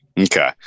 Okay